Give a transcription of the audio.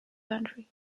country